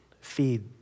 feed